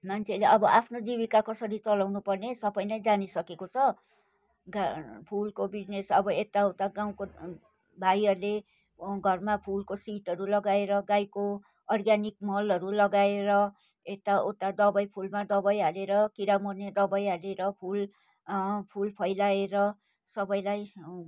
मान्छेले अब आफ्नो जीविका कसरी चलाउनु पर्ने सनै नै जानिसकेको छ गा फुलको बिजनेस अब यता उता गाउँको भाइहरूले घरमा फुलको सिडहरू लगाएर गाईको अर्ग्यानिक मलहरू लगाएर यता उता दबाई फुलमा दबाई हालेर किरा मर्ने दबाई हालेर फुल फुल फैलाएर सबैलाई